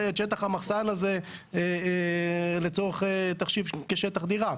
את שטח המחסן הזה לצורך תחשיב כשטח דירה.